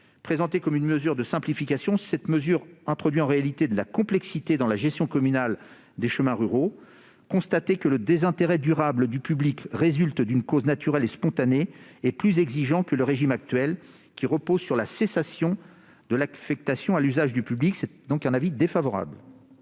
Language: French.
Présentée comme une mesure de simplification, la disposition proposée introduit en réalité de la complexité dans la gestion communale des chemins ruraux. Le constat que le désintérêt durable du public résulte d'une cause naturelle et spontanée est plus exigeant que le régime actuel, qui repose sur la cessation de l'affectation à l'usage du public. L'avis est donc défavorable.